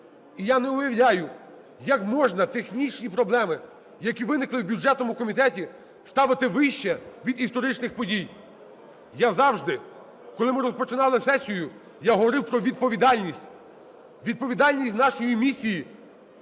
І я не уявляю, як можна технічні проблеми, які виникли в бюджетному у комітеті, ставити вище від історичних подій. Я завжди, коли ми розпочинали сесію, я говорив про відповідальність, відповідальність нашої місії,